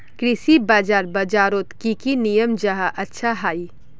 कृषि बाजार बजारोत की की नियम जाहा अच्छा हाई?